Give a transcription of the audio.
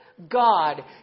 God